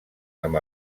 amb